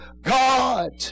God